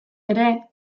ere